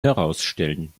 herausstellen